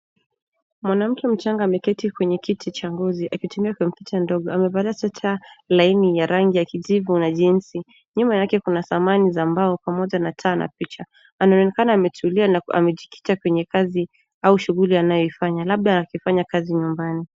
Mwanamke mchanga ameketi kwenye kiti cha ngozi akitumia kompyuta ndogo. Amevalia sweta laini ya rangi ya kijivu na jeans . Nyuma yake kuna samani za mbao, pamoja na taa na picha. Anaonekana ametulia na amejikita kwenye kazi au shughuli anayoifanya, labda akifanya kazi nyumbani.